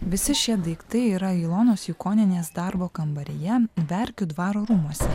visi šie daiktai yra ilonos jukonienės darbo kambaryje verkių dvaro rūmuose